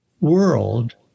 world